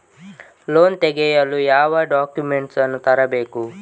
Loan ತೆಗೆಯಲು ಯಾವ documents ಅನ್ನು ತರಬೇಕು?